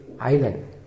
island